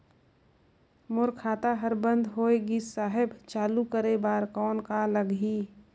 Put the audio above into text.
मोर खाता हर बंद होय गिस साहेब चालू करे बार कौन का लगही?